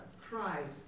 Christ